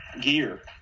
gear